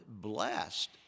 blessed